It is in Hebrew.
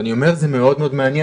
ואני אומר שזה מאוד מעניין,